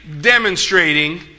demonstrating